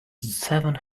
seven